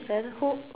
then who